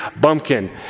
bumpkin